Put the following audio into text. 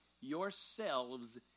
yourselves